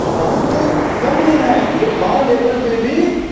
अब बहुत कम दिन है कि वह गाव लेबल पर भी